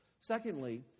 Secondly